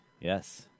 yes